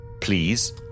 please